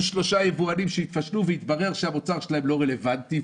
שלושה יבואנים שיפשלו ויתברר שהמוצר שלהם לא רלוונטי.